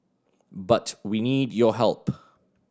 but we need your help